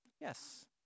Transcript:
Yes